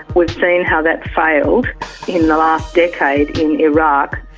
we've seen how that failed in the last decade in iraq.